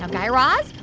um guy raz,